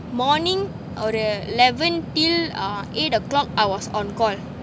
morning ஒரு:oru eleven till uh eight o'clock I was on call